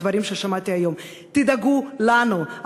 את הדברים ששמעתי היום: תדאגו לנו,